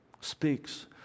speaks